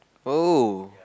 oh